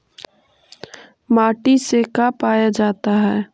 माटी से का पाया जाता है?